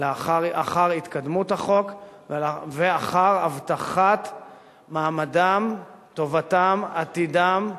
אחר התקדמות החוק ואחר הבטחת מעמדם, טובתם, עתידם,